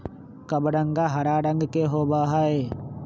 कबरंगा हरा रंग के होबा हई